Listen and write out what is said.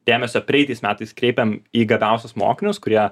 dėmesio preitais metais kreipėm į gabiausius mokinius kurie